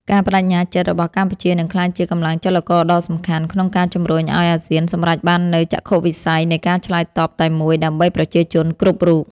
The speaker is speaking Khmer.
ការប្តេជ្ញាចិត្តរបស់កម្ពុជានឹងក្លាយជាកម្លាំងចលករដ៏សំខាន់ ក្នុងការជំរុញឱ្យអាស៊ានសម្រេចបាននូវចក្ខុវិស័យនៃការឆ្លើយតបតែមួយ ដើម្បីប្រជាជនគ្រប់រូប។